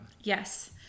Yes